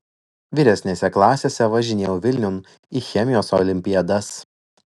vyresnėse klasėse važinėjau vilniun į chemijos olimpiadas